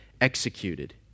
executed